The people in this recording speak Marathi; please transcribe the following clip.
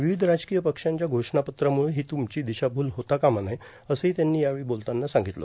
विविध राजकीय पक्षांच्या घोषणापत्राम्रळं ही तुमची दिशाभूल होता कामा नये असंही त्यांनी यावेळी बोलताना सांगितलं